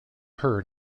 heard